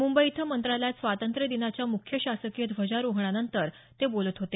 मुंबई इथं मंत्रालयात स्वातंत्र्यदिनाच्या मुख्य शासकीय ध्वजारोहणानंतर ते बोलत होते